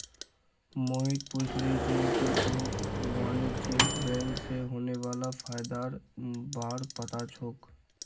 मोहित पूछले जे की तोक वाणिज्यिक बैंक स होने वाला फयदार बार पता छोक